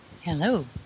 Hello